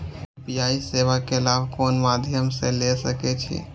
UPI सेवा के लाभ कोन मध्यम से ले सके छी?